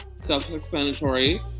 self-explanatory